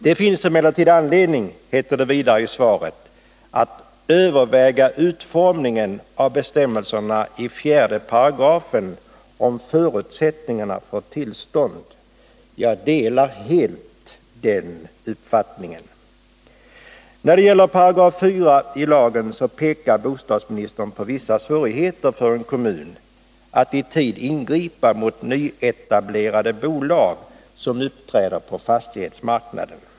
Det finns emellertid anledning — heter det vidare i svaret — att överväga utformningen av bestämmelserna i 4 § om förutsättningarna för tillstånd. Jag delar helt den uppfattningen. När det gäller 4 § i lagen pekar bostadsministern på vissa svårigheter för en kommun att i tid ingripa mot nyetablerade bolag som uppträder på fastighetsmarknaden.